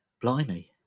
Blimey